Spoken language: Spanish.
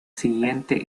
siguiente